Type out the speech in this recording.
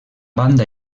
banda